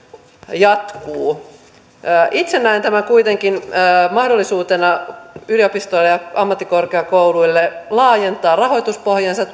jatkuu itse näen tämän kuitenkin mahdollisuutena yliopistoille ja ammattikorkeakouluille toisaalta laajentaa rahoituspohjaansa